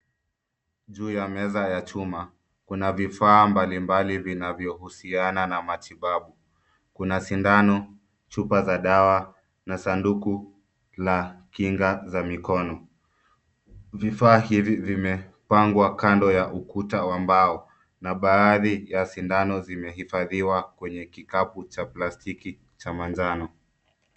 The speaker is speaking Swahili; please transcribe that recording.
Juu ya meza ya chuma, kuna vifaa mbalimbali vinavyohusiana na matibabu. Kuna sindano, chupa za dawa, na sanduku la kinga za mikono. Vifaa hivi vimepangwa kando ya ukuta wa mbao na baadhi ya sindano zimehifadhiwa kwenye kikapu cha plastiki cha manjano.